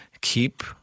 keep